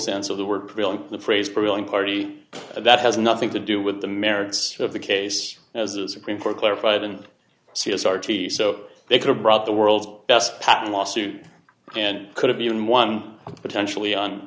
sense of the word the phrase prevailing party that has nothing to do with the merits of the case as a supreme court clarified and see as r t v so they could have brought the world's best patent lawsuit and could have even one potentially on